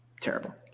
terrible